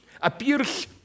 appears